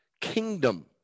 kingdom